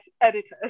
editors